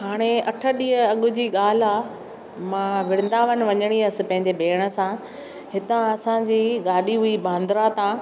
हाणे अठ ॾींहं अॻु जी ॻाल्हि आहे मां वृंदावन वञणी हुअसि पंहिंजे भेण सां हिता असांजी गाॾी हुई बांद्रा तां